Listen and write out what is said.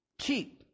cheap